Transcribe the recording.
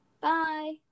Bye